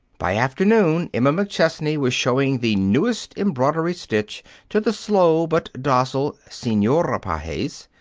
by afternoon, emma mcchesney was showing the newest embroidery stitch to the slow but docile senora pages.